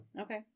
Okay